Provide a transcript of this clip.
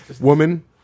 Woman